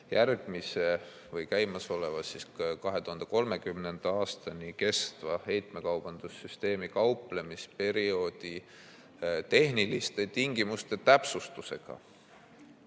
järgmise või käimasoleva, 2030. aastani kestva heitmekaubanduse süsteemi kauplemisperioodi tehniliste tingimuste täpsustusega.